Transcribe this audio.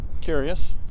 curious